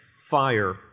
fire